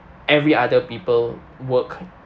every other people work